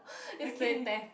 it's